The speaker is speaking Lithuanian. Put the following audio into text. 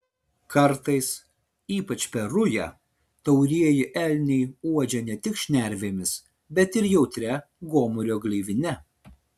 kartais ypač per rują taurieji elniai uodžia ne tik šnervėmis bet ir jautria gomurio gleivine